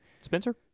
Spencer